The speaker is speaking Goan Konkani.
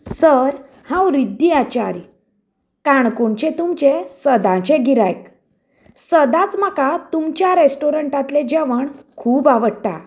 सर हांव रिध्दी आचार्य काणकोणचें तुमचे सदांचे गिरायक सदांच म्हाका तुमच्या रेस्टॉरंटातले जेवण खूब आवडटा